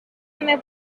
may